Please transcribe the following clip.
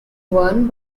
verne